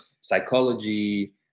psychology